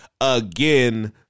again